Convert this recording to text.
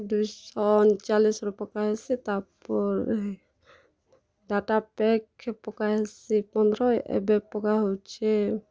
ଦୁଇଶହ ଅନଚାଲିଶି୍ର ପକା ହେସି ତା'ପରେ ଡାଟା ପ୍ୟାକ୍ ପକା ହେସି ପନ୍ଦର ଏବେ ପକା ହଉଛେ